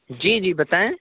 جی جی بتائیں